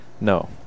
No